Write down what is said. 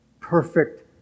perfect